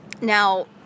Now